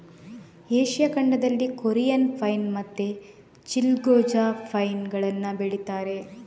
Asia ಖಂಡದಲ್ಲಿ Korean pine ಮತ್ತೆ ಚಿಲ್ಗೊ ಜಾ ಪೈನ್ ಗಳನ್ನ ಬೆಳೀತಾರೆ